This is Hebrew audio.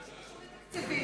מה שקשור לתקציבים,